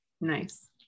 nice